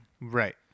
Right